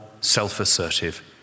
self-assertive